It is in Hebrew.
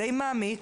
די מעמיק,